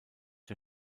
der